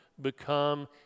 become